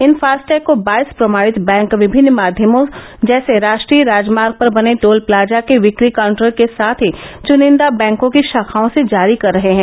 इन FASTag को बाईस प्रमाणित बैंक विभिन्न माध्यमों जैसे राष्ट्रीय राजमार्ग पर बने टोल प्लाजा के बिक्री काउंटरो के साथ ही चुनिंदा बैंको की शाखाओं से जारी कर रहे हैं